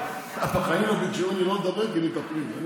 בחיים לא ביקשו ממני לדבר כי מתאפרים.